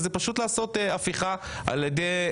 וזה פשוט לעשות הפיכה על ידי,